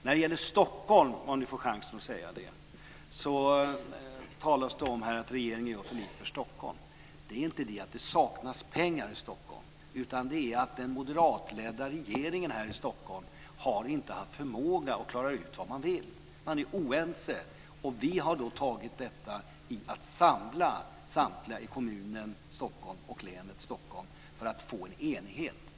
När det gäller Stockholm, om jag nu får chansen att säga det, talas det om att regeringen gör för lite för Stockholm. Det är inte det att det saknas pengar i Stockholm, utan det är den moderatledda regeringen här i Stockholm som inte har haft förmåga att klara ut vad man vill. Man är oense. Vi har då tagit tag i detta genom att samla samtliga i kommunen Stockholm och länet Stockholm för att få en enhet.